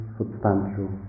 substantial